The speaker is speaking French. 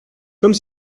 comme